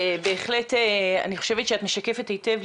בהחלט אני חושבת שאת משקפת היטב,